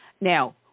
Now